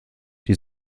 die